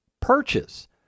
purchase